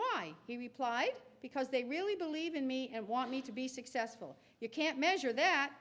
why he replied because they really believe in me and want me to be successful you can't measure that